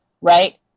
right